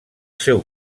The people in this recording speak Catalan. seu